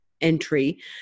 entry